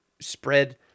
spread